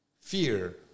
fear